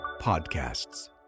Podcasts